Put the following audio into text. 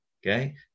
Okay